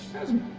hasn't.